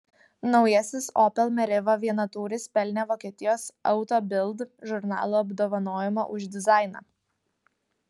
naujasis opel meriva vienatūris pelnė vokietijos auto bild žurnalo apdovanojimą už dizainą